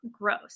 gross